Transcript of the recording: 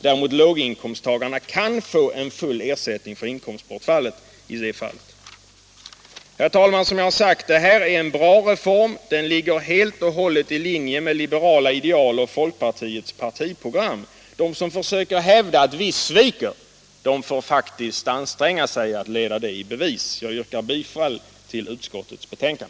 Däremot kan låginkomsttagare få full ersättning i det fallet. Herr talman! Som jag sagt är detta en bra reform. Den ligger helt och hållet i linje med liberala ideal och folkpartiets partiprogram. De som försöker hävda att vi sviker får faktiskt anstränga sig för att leda det i bevis. Jag yrkar bifall till utskottets hemställan.